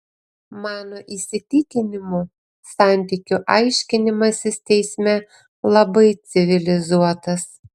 mano įsitikinimu santykių aiškinimasis teisme labai civilizuotas